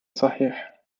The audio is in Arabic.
صحيح